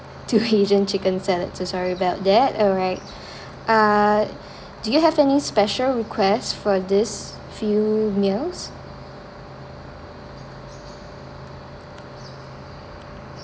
two asian chicken salad so sorry about that alright uh do you have any special requests for this few meals